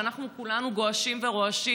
כשאנחנו כולנו גועשים ורועשים,